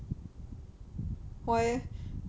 why leh